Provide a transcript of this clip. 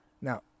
Now